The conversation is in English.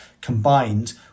combined